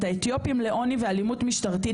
את האתיופים לעוני ואלימות משטרתית,